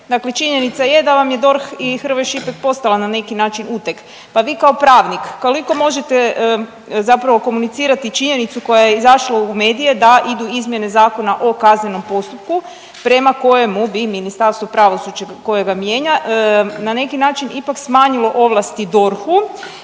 dakle činjenica je da vam je DORH i Hrvoj Šipek postala na neki način uteg pa vi kao pravnik, koliko možete zapravo komunicirati činjenicu koja je izašla u medije da idu izmjene Zakona o kaznenom postupku prema kojemu bi Ministarstvo pravosuđa ili koje ga mijenja na neki način ipak smanjilo ovlasti DORH-u